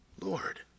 Lord